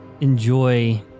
enjoy